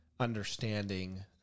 understanding